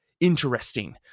interesting